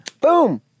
boom